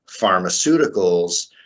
pharmaceuticals